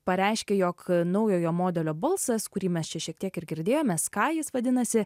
pareiškė jog naujojo modelio balsas kurį mes čia šiek tiek ir girdėjome ska jis vadinasi